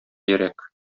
йөрәк